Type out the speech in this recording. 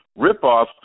ripoff